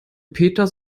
peter